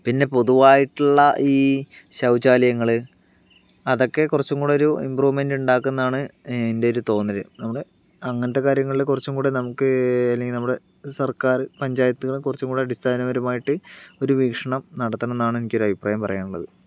പിന്നെ പൊതുവായിട്ടുള്ള ഈ ശൗചാലയങ്ങൾ അതൊക്കെ കുറച്ചും കൂടെ ഒരു ഇമ്പ്രൂവ്മെൻറ് ഉണ്ടാക്കുന്നതാണ് എൻ്റെ ഒരു തോന്നൽ നമ്മുടെ അങ്ങനത്തെ കാര്യങ്ങളിൽ കുറച്ചും കൂടെ നമുക്ക് അല്ലെങ്കിൽ നമ്മുടെ സർക്കാർ പഞ്ചായത്തുകൾ കുറച്ചും കൂടെ അടിസ്ഥാനപരമായിട്ട് ഒരു വീക്ഷണം നടത്തണം എന്നാണ് എനിക്കൊരു അഭിപ്രായം പറയാനുള്ളത്